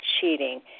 cheating